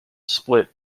split